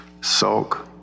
Sulk